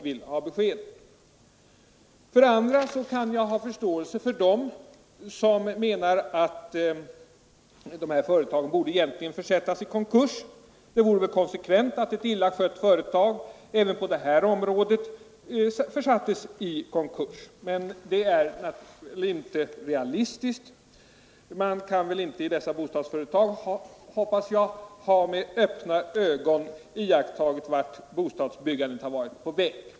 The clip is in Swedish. För det andra kan jag ha förståelse för dem som menar att dessa företag egentligen borde försättas i konkurs. Det vore konsekvent att även på detta område ett illa skött företag försattes i konkurs. Men den utvägen är kanske inte realistisk. Man kan väl inte i dessa bostadsföretag, hoppas jag, med öppna ögon ha iakttagit vart bostadsbyggandet var på väg.